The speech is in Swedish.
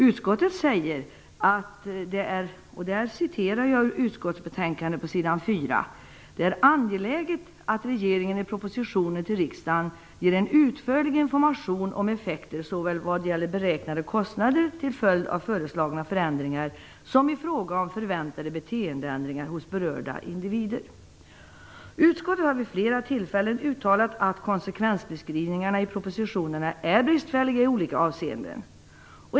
Utskottet skriver följande på s. 4 i utskottsbetänkandet: "- det är angeläget att regeringen i propositioner till riksdagen ger en utförlig information om effekter såväl vad gäller beräknade kostnader till följd av föreslagna förändringar som i fråga om förväntade beteendeändringar hos berörda individer. Utskottet har vid flera tillfällen uttalat att konsekvensbeskrivningarna i propositionerna är bristfälliga i olika avseenden.